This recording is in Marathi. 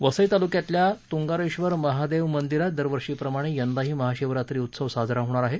वसई तालुक्यातल्या तूगांरेश्वर महादेव मंदिरात दरवर्षीप्रमाणे यंदाही महाशिवरात्री उत्सव साजरा होणार आहे